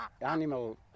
animal